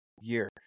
year